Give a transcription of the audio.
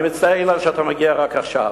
אני מצטער, אילן, שאתה מגיע רק עכשיו.